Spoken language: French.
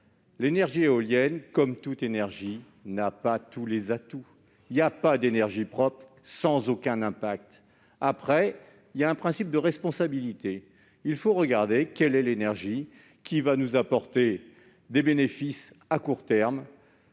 L'énergie éolienne, comme toute énergie, n'a pas tous les atouts. Il n'existe pas d'énergie propre, sans aucun impact. Nous sommes face à un principe de responsabilité : quelle est l'énergie qui nous apportera des bénéfices à court terme